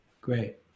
Great